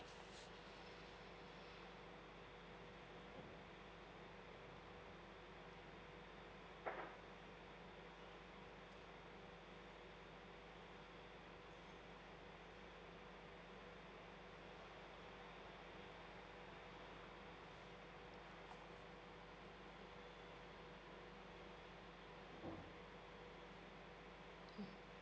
mm